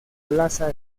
plaza